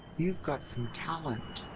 you've got some talent!